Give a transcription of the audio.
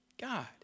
God